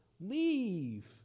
leave